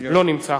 לא נמצא.